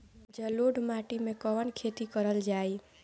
जलोढ़ माटी में कवन खेती करल जाई?